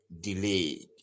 delayed